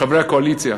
לחברי הקואליציה: